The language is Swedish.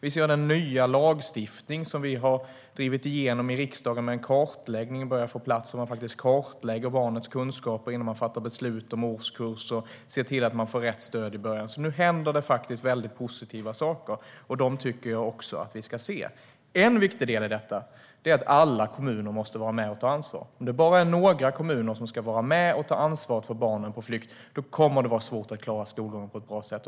Vi ser den nya lagstiftning som vi har drivit igenom i riksdagen, med en kartläggning som börjar komma på plats av barnens kunskaper innan man fattar beslut om årskurs och ser till att man får rätt stöd i början. Nu händer det faktiskt mycket positiva saker, och dem tycker jag också att vi ska se. En viktig del i detta är att alla kommuner måste vara med och ta ansvar. Om det är bara några kommuner som ska vara med och ta ansvar för barnen på flykt kommer det att vara svårt att klara skolgången på ett bra sätt.